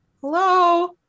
Hello